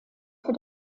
für